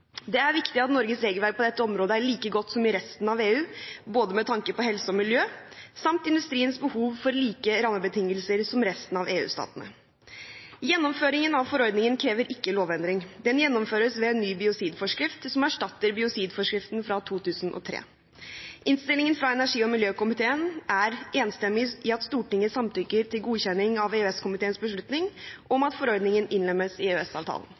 Det er viktig at Norges regelverk på dette området er like godt som i resten av EU, både med tanke på helse og miljø og industriens behov for like rammebetingelser som resten av EU-statene. Gjennomføringen av forordningen krever ikke lovendring. Den gjennomføres ved en ny biocidforskrift, som erstatter biocidforskriften fra 2003. Innstillingen fra energi- og miljøkomiteen er enstemmig i at Stortinget samtykker til godkjenningen av EØS-komiteens beslutning om at forordningen innlemmes i